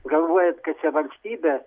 galvojat kad čia valstybė